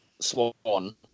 Swan